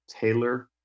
Taylor